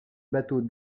bateau